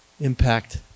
impact